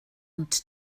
want